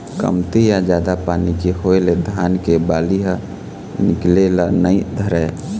कमती या जादा पानी के होए ले धान के बाली ह निकले ल नइ धरय